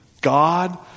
God